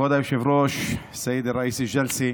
כבוד היושב-ראש, (חוזר על המילים בערבית,)